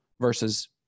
versus